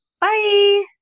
Bye